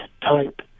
type